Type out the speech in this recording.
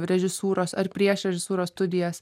režisūros ar prieš režisūros studijas